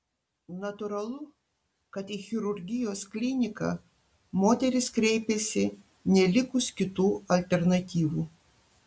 natūralu kad į chirurgijos kliniką moterys kreipiasi nelikus kitų alternatyvų